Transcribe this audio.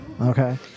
Okay